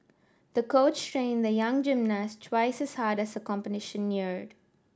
the coach trained the young gymnast twice as hard as the competition neared